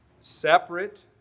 separate